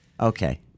Okay